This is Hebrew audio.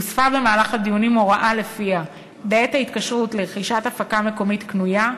הוספה במהלך הדיונים הוראה שלפיה בעת התקשרות לרכישת הפקה מקומית קנויה,